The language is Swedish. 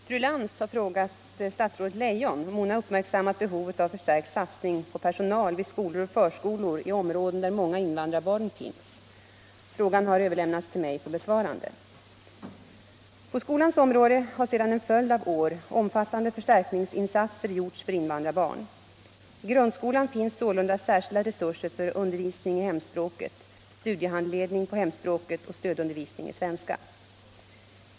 Fru Lantz har frågat statsrådet Leijon om hon har uppmärksammat behovet av förstärkt satsning på personal vid skolor och förskolor i områden där många invandrarbarn finns. Frågan har överlämnats till mig för besvarande. På skolans område har sedan en följd av år omfattande förstärkningsinsatser gjorts för invandrarbarn. I grundskolan finns sålunda särskilda resurser för undervisning i hemspråket, studiehandledning på hemspråket och stödundervisning i svenska.